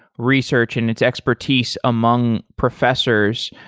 research and its expertise among professors.